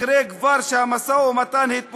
אחרי שהמשא-ומתן כבר התפוצץ,